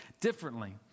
differently